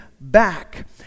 back